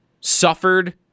suffered